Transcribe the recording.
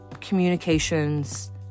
communications